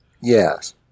Yes